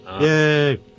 Yay